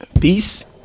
Peace